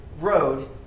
road